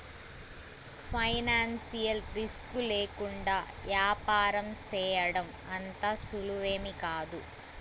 financial risk లేకుండా యాపారం సేయడం అంత సులువేమీకాదు